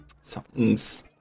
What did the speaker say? Something's